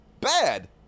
Bad